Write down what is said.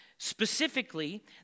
Specifically